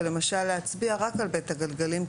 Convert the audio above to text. ולמשל להצביע רק על בית הגלגלים,